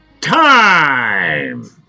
time